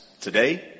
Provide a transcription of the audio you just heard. today